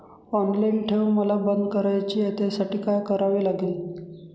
Online ठेव मला बंद करायची आहे, त्यासाठी काय करावे लागेल?